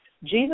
Jesus